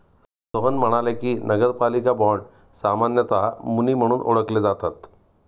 रोहन म्हणाले की, नगरपालिका बाँड सामान्यतः मुनी म्हणून ओळखले जातात